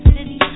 City